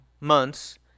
months